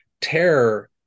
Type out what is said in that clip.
terror